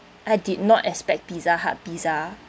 I did not expect Pizza Hut pizza